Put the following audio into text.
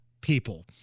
people